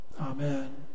Amen